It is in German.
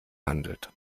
handelt